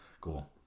Cool